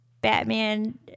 Batman